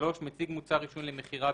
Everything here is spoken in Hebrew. (3)מציג מוצר עישון למכירה,